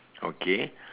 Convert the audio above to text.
okay